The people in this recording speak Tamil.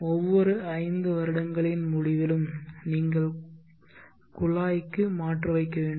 ஒவ்வொரு ஐந்து வருடங்களின் முடிவிலும் நீங்கள் குழாய்க்கு மாற்று வைக்க வேண்டும்